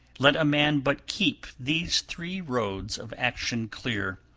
let a man but keep these three roads of action clear,